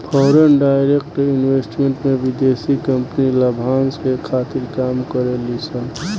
foreign direct investment में विदेशी company लाभांस के खातिर काम करे ली सन